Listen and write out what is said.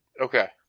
Okay